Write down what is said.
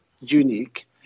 unique